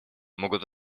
могут